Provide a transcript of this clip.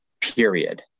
period